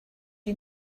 you